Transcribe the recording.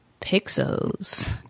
Pixels